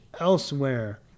elsewhere